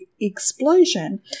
explosion